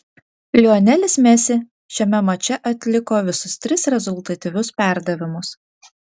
lionelis messi šiame mače atliko visus tris rezultatyvius perdavimus